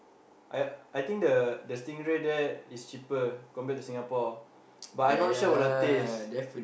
I I think the the stingray there is cheaper compared to Singapore but I not sure about the taste